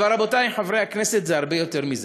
אבל, רבותי חברי הכנסת, זה הרבה יותר מזה.